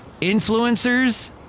influencers